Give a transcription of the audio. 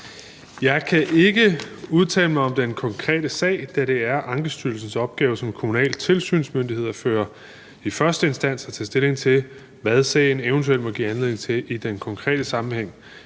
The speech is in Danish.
Jeg kan ikke udtale mig om den konkrete sag, da det er Ankestyrelsens opgave som kommunal tilsynsmyndighed i første instans at tage stilling til, hvad sagen eventuelt måtte give anledning til i den konkrete sammenhæng.